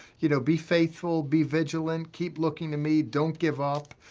you know, be faithful. be vigilant. keep looking to me. don't give up.